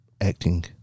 acting